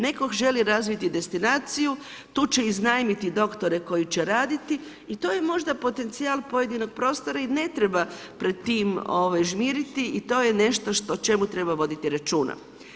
Netko želi razviti destinaciju, tu će iznajmiti doktore koji će raditi i to možda potencijal pojedinog prostora i ne treba pred tim žmiriti i to je nešto o čemu treba voditi računa.